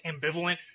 ambivalent